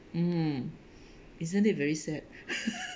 mmhmm isn't it very sad